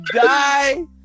Die